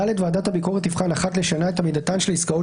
(ד) ועדת הביקורת תבחן אחת לשנה את עמידתן של העסקאות